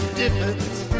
difference